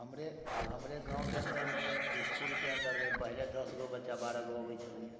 हमरे आब हमरे गाँवके अन्दरमे इसकुलके अन्दरमे पहिले दशगो बच्चा बारहगो अबैत छलैया